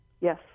Yes